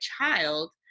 child